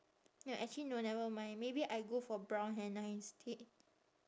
ya actually no never mind maybe I go for brown henna instead